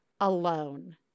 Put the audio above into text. alone